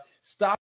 stop